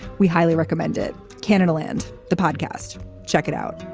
we highly recommended canada land the podcast check it out